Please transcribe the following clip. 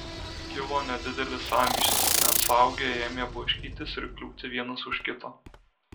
kilo nedidelis sąmyšis net suaugę ėmė blaškytis ir kliūti vienas už kito